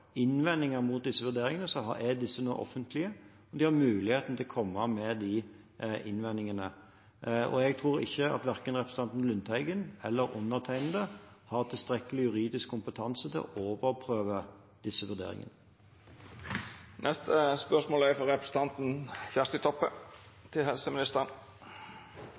innvendinger mot disse vurderingene, er disse nå offentlige, og de har muligheten til å komme med de innvendingene. Jeg tror ikke at verken representanten Lundteigen eller undertegnede har tilstrekkelig juridisk kompetanse til å overprøve disse